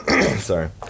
sorry